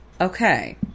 Okay